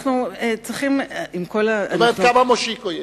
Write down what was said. את אומרת: כמה מושיקו יש.